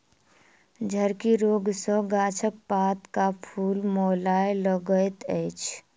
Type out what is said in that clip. झड़की रोग सॅ गाछक पात आ फूल मौलाय लगैत अछि